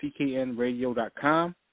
pknradio.com